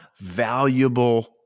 valuable